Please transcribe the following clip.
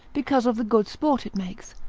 because of the good sport it makes,